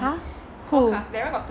!huh! who